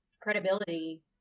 credibility